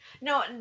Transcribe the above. No